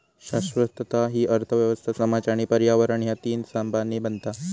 शाश्वतता हि अर्थ व्यवस्था, समाज आणि पर्यावरण ह्या तीन स्तंभांनी बनता